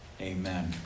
Amen